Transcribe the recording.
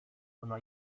ona